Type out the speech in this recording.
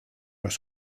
nos